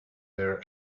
their